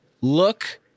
look